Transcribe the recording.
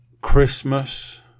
Christmas